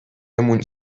ему